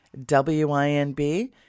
WINB